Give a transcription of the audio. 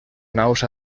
naus